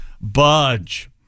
budge